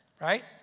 Right